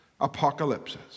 Apocalypses